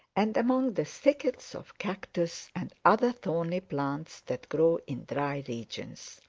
and among the thickets of cactus and other thorny plants that grow in dry regions.